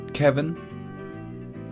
Kevin